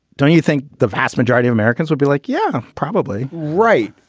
don't you think the vast majority of americans will be like, yeah, probably right.